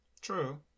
True